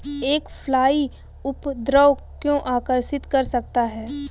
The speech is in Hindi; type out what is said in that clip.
एक फ्लाई उपद्रव को आकर्षित कर सकता है?